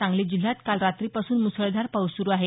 सांगली जिल्ह्यात काल रात्रीपासून मुसळधार पाऊस सुरू आहे